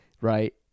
right